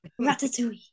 Ratatouille